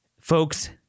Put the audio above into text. folks